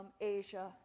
Asia